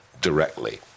directly